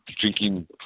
drinking